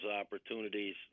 opportunities